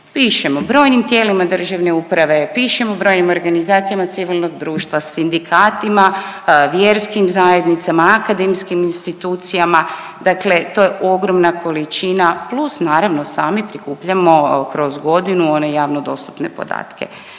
pišemo brojnim tijelima državne uprave, pišemo brojnim organizacijama civilnog društva, sindikatima, vjerskim zajednicama, akademskim institucijama, dakle to je ogromna količina plus naravno sami prikupljamo kroz godinu one javno dostupne dodatke